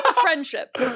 friendship